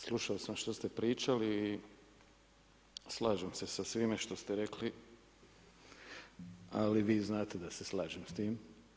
Slušao sam što ste pričali i slažem se s svime što ste rekli, ali vi znate da se lažem s tim.